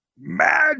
mad